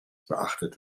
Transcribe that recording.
beachtet